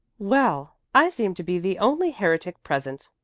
well, i seem to be the only heretic present,